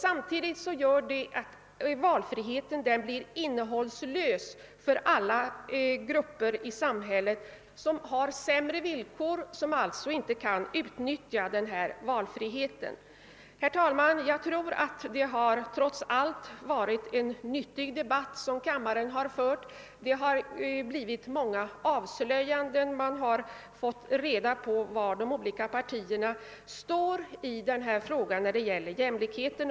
Samtidigt blir valfriheten innehållslös för alla grupper i samhället som har sämre villkor och som alltså inte kan ut nyttja valfriheten. Herr talman! Jag tror att den debatt som kammaren nu för trots allt varit nyttig. Det har varit avslöjanden i många fall och man har fått reda på var de olika partierna står i fråga om jämlikhet.